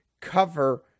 cover